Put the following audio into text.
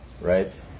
right